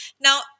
Now